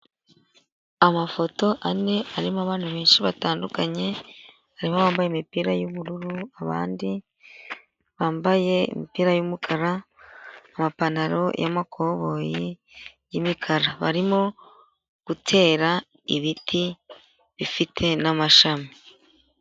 Amafoto ane arimo abantu benshi batandukanye, barimo bambaye imipira y'ubururu abandi bambaye imipira y'umukara, amapantaro y'amakoboyi y'imikara barimo gutera ibiti bifite n'amashami.